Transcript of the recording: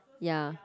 ya